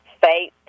faith